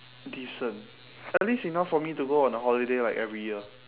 decent at least enough for me to go on a holiday like every year